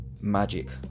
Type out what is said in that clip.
Magic